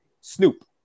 Snoop